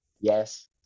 Yes